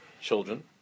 children